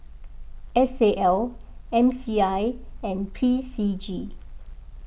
S A L M C I and P C G